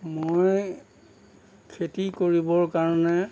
মই খেতি কৰিবৰ কাৰণে